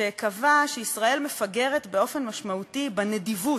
שקבע שישראל מפגרת באופן משמעותי בנדיבות,